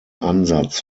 ansatz